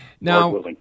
Now